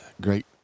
great